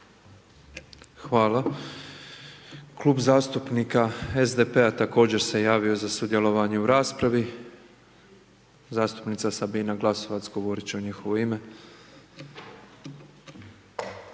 Hvala. Klub zastupnika SDP-a također se je javio u sudjelovanje u raspravi, zastupnica Sabina Glasnovac, govorit će u njihovo ime.